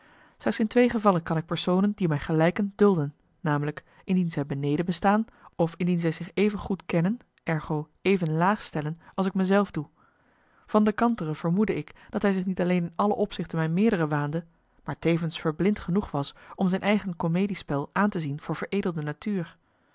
in twee gevallen kan ik personen die mij gelijken dulden nl indien zij beneden me staan of indien zij zich even goed kennen ergo even laag stellen als ik me zelf doe van de kantere vermoedde ik dat hij zich niet alleen in alle opzichten mijn meerdere waande maar tevens verblind genoeg was om zijn eigen comediespel aan te zien voor veredelde natuur